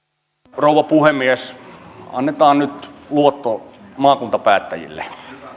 rouva puhemies annetaan nyt luotto maakuntapäättäjille